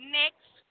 next